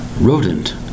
Rodent